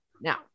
Now